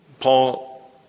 Paul